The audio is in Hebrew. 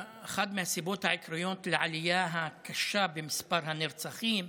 אחת מהסיבות העיקריות לעלייה הקשה במספר הנרצחים,